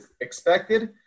expected